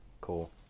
Cool